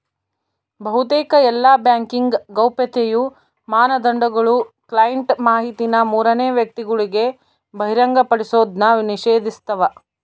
ಬಹುತೇಕ ಎಲ್ಲಾ ಬ್ಯಾಂಕಿಂಗ್ ಗೌಪ್ಯತೆಯ ಮಾನದಂಡಗುಳು ಕ್ಲೈಂಟ್ ಮಾಹಿತಿನ ಮೂರನೇ ವ್ಯಕ್ತಿಗುಳಿಗೆ ಬಹಿರಂಗಪಡಿಸೋದ್ನ ನಿಷೇಧಿಸ್ತವ